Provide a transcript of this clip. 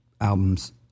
albums